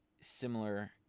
similar